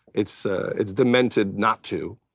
it's it's demented not to.